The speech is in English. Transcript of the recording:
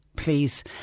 please